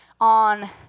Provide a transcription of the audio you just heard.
on